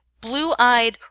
blue-eyed